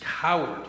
coward